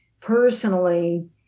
Personally